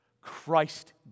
Christ